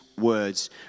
words